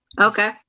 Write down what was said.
Okay